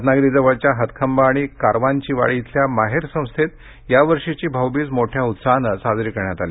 रत्नागिरीजवळच्या हातखंबा आणि कारवांचीवाडी इथल्या माहेर संस्थेत या वर्षीची भाऊबीज मोठ्या उत्साहानं साजरी करण्यात आली